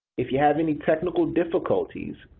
if you have any technical difficulties,